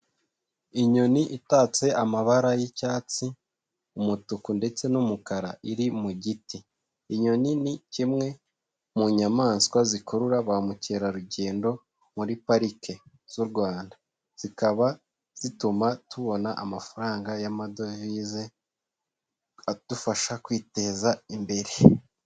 Inyoni itatse amabara y'icyatsi, umutuku ndetse n'umukara iri mu giti, inyoni ni kimwe mu nyamaswa zikurura ba mukerarugendo muri parike z'u Rwanda, zikaba zituma tubona amafaranga y'amadovize adufasha kwiteza imbere.